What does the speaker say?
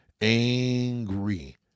Angry